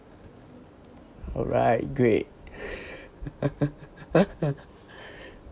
alright great